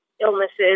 illnesses